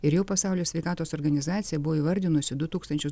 ir jau pasaulio sveikatos organizacija buvo įvardinusi du tūkstančius